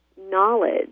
knowledge